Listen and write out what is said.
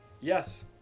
yes